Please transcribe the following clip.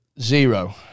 Zero